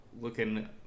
looking